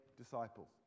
disciples